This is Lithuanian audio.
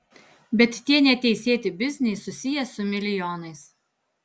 bet tie neteisėti bizniai susiję su milijonais